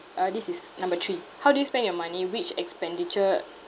uh this is number three how do you spend your money which expenditure